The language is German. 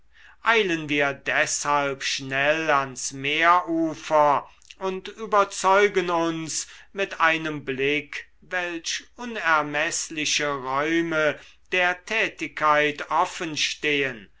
eilen wir deshalb schnell ans meeresufer und überzeugen uns mit einem blick welch unermeßliche räume der tätigkeit offenstehen